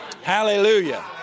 Hallelujah